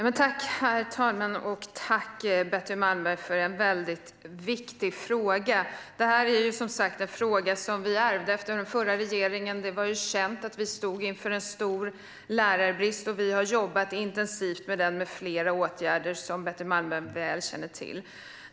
Herr talman! Tack, Betty Malmberg, för väldigt viktiga frågor! Detta är som sagt en fråga som vi ärvde från den förra regeringen. Det var känt att vi stod inför en stor lärarbrist, och vi har jobbat intensivt med flera åtgärder, vilket Betty Malmberg väl känner till.